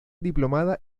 diplomada